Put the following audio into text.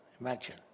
Imagine